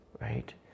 right